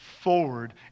forward